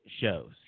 shows